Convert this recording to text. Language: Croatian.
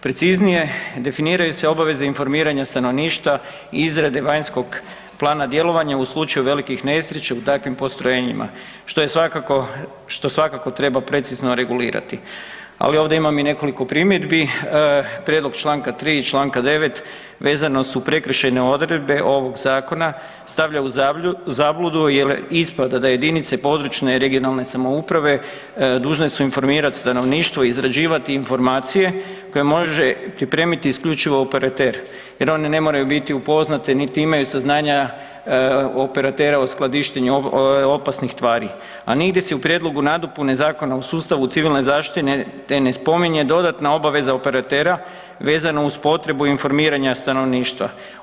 Preciznije, definiraju se obaveze informiranja stanovništva i izrade vanjskog plana djelovanja u slučaju velikih nesreća u takvim postrojenjima, što svakako treba precizno regulirati ali ovdje imam i nekoliko primjedbi, prijedlog čl. 3., čl. 9. vezano uz prekršajne odredbe ovog zakona, stavljaju u zabludu jer ispada da jedinice područne (regionalne) samouprave dužne su informirati stanovništvo i izrađivati informacije koje može pripremiti isključivo operater jer one ne moraju biti upoznate niti imaju saznanja operatera o skladištenju opasnih tvari a nigdje se u prijedlogu nadopune Zakona o sustavu civilne zaštite ne spominje dodatna obaveza operatera vezana uz potrebu informiranja stanovništva.